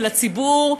לציבור,